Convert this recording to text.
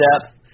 depth